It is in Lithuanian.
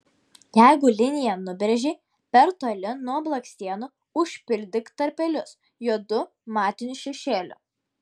jeigu liniją nubrėžei per toli nuo blakstienų užpildyk tarpelius juodu matiniu šešėliu